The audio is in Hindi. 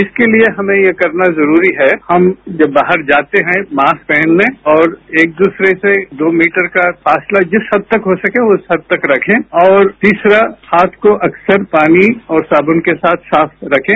इसके लिए हमें ये करना जरूरी है हम जब बाहर जाते हैं मास्क पहन लें और एक दूसरे से दो मीटर का फासला जिस हद तक हो सके उस हद तक रखें और तीसरा हाथ को अक्सर पानी और साबुन के साथ साफ रखें